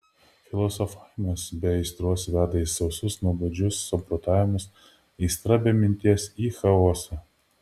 filosofavimas be aistros veda į sausus nuobodžius samprotavimus aistra be minties į chaosą